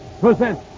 present